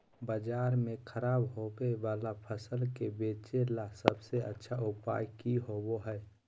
बाजार में खराब होबे वाला फसल के बेचे ला सबसे अच्छा उपाय की होबो हइ?